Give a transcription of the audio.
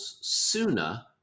sooner